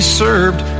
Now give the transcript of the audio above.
served